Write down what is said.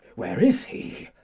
where is he?